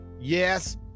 Yes